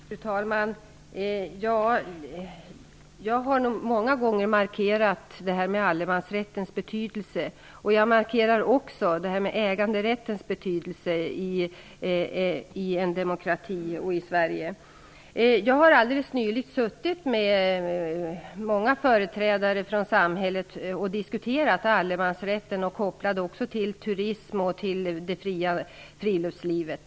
Fru talman! Jag har många gånger markerat allemansrättens betydelse. Jag markerar också äganderättens betydelse i en demokrati som Alldeles nyligen har jag suttit med många företrädare för samhället och diskuterat allemansrätten, även kopplad till turismen och till friluftslivet.